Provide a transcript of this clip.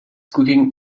cooking